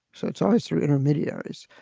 so it's always through intermediaries,